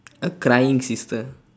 a crying sister